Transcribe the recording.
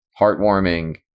heartwarming